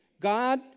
God